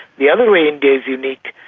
the other way india is unique,